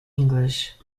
english